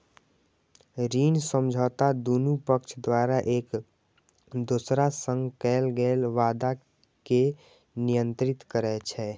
ऋण समझौता दुनू पक्ष द्वारा एक दोसरा सं कैल गेल वादा कें नियंत्रित करै छै